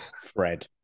fred